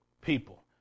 people